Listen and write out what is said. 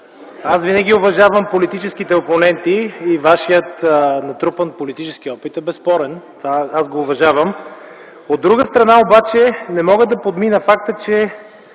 Аз винаги уважавам политическите опоненти и натрупания от Вас политически опит е безспорен. Аз го уважавам. От друга страна обаче, не мога да подмина факта, че